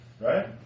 Right